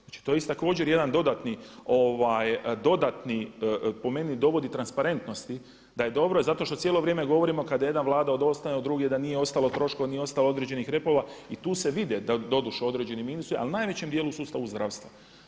Znači to je isto također jedan dodatni po meni dovodi transparentnost da je dobro zato što cijelo govorimo kada od jedna Vlada ostane, od druge da nije ostalo troškova, nije ostalo određenih repova i tu se vide doduše određeni minusi ali u najvećem djelu u sustavu zdravstva.